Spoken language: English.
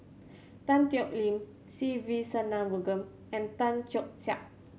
Tan Thoon Lip Se Ve Shanmugam and Tan Keong Saik